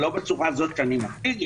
לא בצורה הזאת שאני מציג,